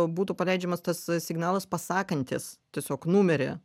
būtų paleidžiamas tas signalas pasakantis tiesiog numerį